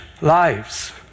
lives